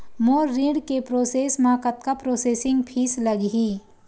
मोर ऋण के प्रोसेस म कतका प्रोसेसिंग फीस लगही?